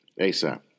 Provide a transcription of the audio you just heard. ASAP